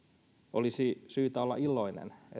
olisi syytä olla iloinen